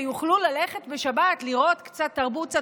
שיוכלו ללכת בשבת לראות קצת תרבות,